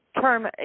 Term